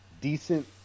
decent